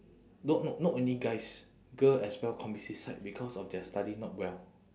no no not only guys girl as well commit suicide because of their study not well